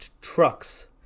trucks